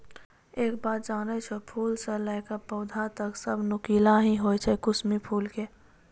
एक बात जानै छौ, फूल स लैकॅ पौधा तक सब नुकीला हीं होय छै कुसमी फूलो के